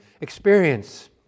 experience